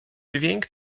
dźwięk